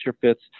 fits